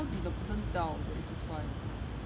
no but how did the person tell that he's a spy